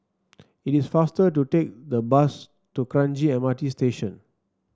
it is faster to take the bus to Kranji M R T Station